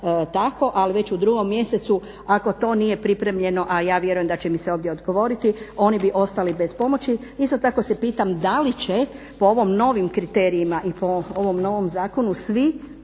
tako, ali već u drugom mjesecu ako to nije pripremljeno, a ja vjerujem da će mi se ovdje odgovoriti, oni bi ostali bez pomoći. Isto tako se pitam da li će po ovom novim kriterija i po ovom novom zakonu, svi